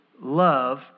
love